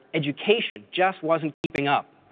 education just wasn't keeping up.